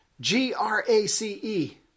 G-R-A-C-E